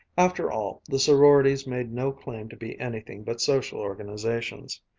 after all, the sororities made no claim to be anything but social organizations.